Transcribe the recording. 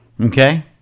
Okay